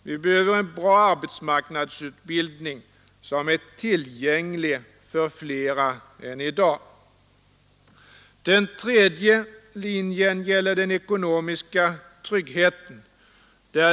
Vi behöver en bra arbetsmarknadsutbildning som är tillgänglig för flera än i dag. Den tredje linjen gäller den ekonomiska tryggheten.